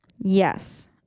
Yes